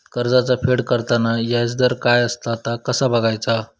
कर्जाचा फेड करताना याजदर काय असा ता कसा बगायचा?